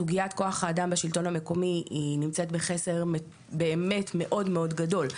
סוגיית כוח האדם בשלטון המקומי היא בחסר מאוד מאוד גדול.